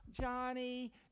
Johnny